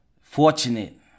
fortunate